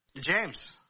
James